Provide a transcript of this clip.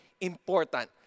important